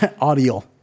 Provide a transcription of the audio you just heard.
Audio